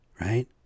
right